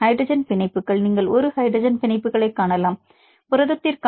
hydrogen பிணைப்புகள் நீங்கள் ஒரு ஹைட்ரஜன் பிணைப்புகளைக் காணலாம் புரதத்திற்கான 0